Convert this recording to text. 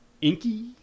Inky